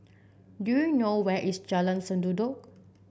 do you know where is Jalan Sendudok